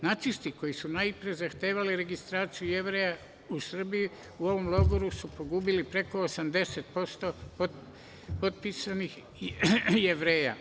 Nacisti koji su najpre zahtevali registraciju Jevreja u Srbiji, u ovom logoru su pogubili preko 80% od popisanih Jevreja.